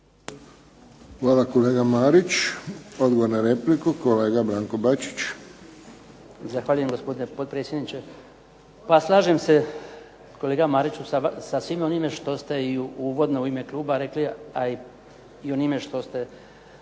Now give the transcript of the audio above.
Hvala kolega Marić. Odgovor na repliku kolega Branko Bačić. **Bačić, Branko (HDZ)** Zahvaljujem gospodine potpredsjedniče. Pa slažem se kolega Marić sa svime onime što ste uvodno i u ime Kluba rekli a i onime što ste